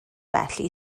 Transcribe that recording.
felly